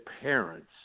parents